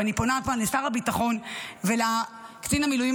ואני פונה פה לשר הביטחון ולקצין המילואים